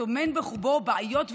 טומן בחובו בעיות,